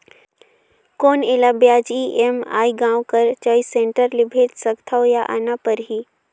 कौन एला ब्याज ई.एम.आई गांव कर चॉइस सेंटर ले भेज सकथव या आना परही?